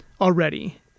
already